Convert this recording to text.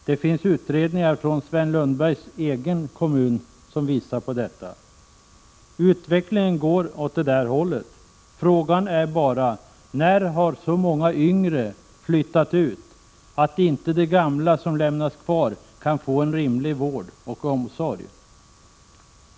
Det finns utredningar från Sven Lundbergs egen kommun som visar på detta. Utvecklingen går åt det hållet. Frågan är bara: När har så många yngre flyttat ut att inte de gamla som lämnats kvar kan få en rimlig vård och omsorg?